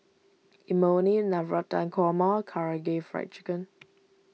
Imoni Navratan Korma Karaage Fried Chicken